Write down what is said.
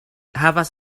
havas